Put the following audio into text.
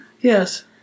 yes